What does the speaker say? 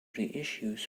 reissues